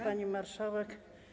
Pani Marszałek!